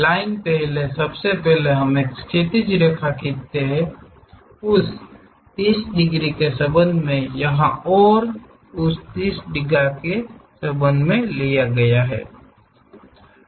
line पहले सबसे पहले हम एक क्षैतिज रेखा खींचते हैं उस 30 डिग्री के संबंध में यहां और उस 30 डिग्री के संदर्भ मे लिया जाई